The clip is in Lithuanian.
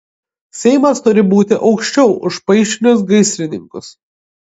seimas turi būti aukščiau už paišinus gaisrininkus